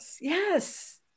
Yes